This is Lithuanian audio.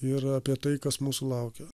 ir apie tai kas mūsų laukia